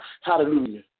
Hallelujah